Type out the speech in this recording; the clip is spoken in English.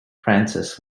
frances